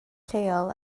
lleol